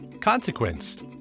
Consequence